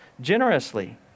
generously